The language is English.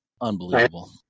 unbelievable